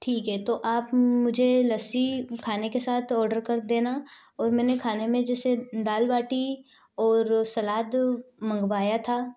ठीक है तो आप मुझे लस्सी खाने के साथ ओडर कर देना और मैंने खाने में जैसे दाल बाटी और सलाद मंगवाया था